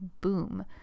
boom